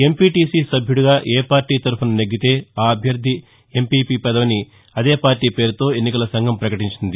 MPTC సభ్యుడిగా ఏ party తరఫున నెగ్గితే ఆ అభ్యర్థి ఎంపీపీ పదవిని అదే పార్టీ పేరుతో ఎన్నికల సంఘం పకటించింది